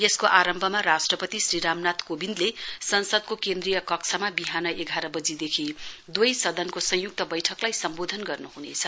यसको आरम्भमा राष्ट्रपति श्री रामनाथ कोविन्दले संसदको केन्द्रीय कक्षमा विहान एघार वजीदेखि दुवै सदनको संयुक्त वैठकलाई सम्वोधन गर्नुहुनेछ